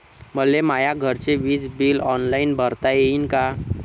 मले माया घरचे विज बिल ऑनलाईन भरता येईन का?